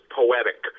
poetic